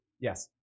Yes